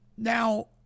Now